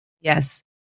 Yes